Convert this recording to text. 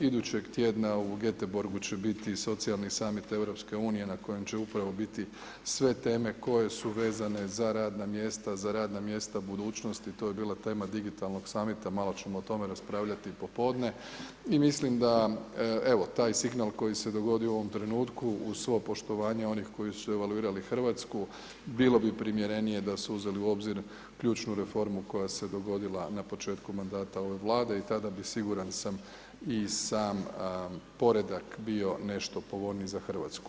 Idućeg tjedna Getebourgu će biti socijalni summit EU-a na kojem će upravo biti sve teme koje su vezane za radna mjesta, za radna mjesta budućnosti, to je bila tema digitalnog summita, malo ćemo o tome raspravljati popodne i mislim da taj signal koji se dogodio u ovom trenutku u svo poštovanje onih koji su evaluirali Hrvatsku, bilo bi primjerenije da su uzeli u obzir ključnu reformu koja se dogodila na početku mandata ove Vlade i tada bi siguran sam i sam poredak bio nešto povoljniji za Hrvatsku.